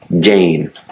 gain